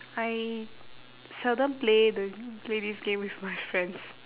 I seldom play the play this game with my friends